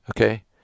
okay